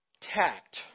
Tact